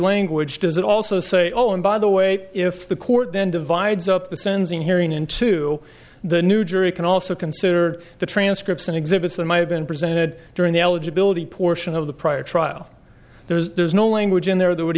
language does it also say oh and by the way if the court then divides up the sensing hearing into the new jury can also consider the transcripts and exhibits that might have been presented during the eligibility portion of the prior trial there's no language in there that would